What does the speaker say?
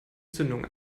zündung